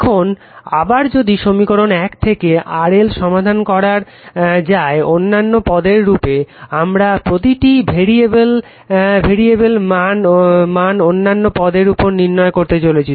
এখন আবার যদি সমীকরণ 1 থেকে RL সমাধান করা যায় অন্যান্য পদের রূপে আমার প্রতিটি ভেরিয়েবেল মান অন্যান্য পদের রূপে নির্ণয় করতে চলেছি